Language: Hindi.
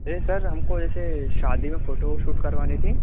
ये सर हमको जैसे शादी में फोटोशूट करवानी थी